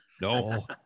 no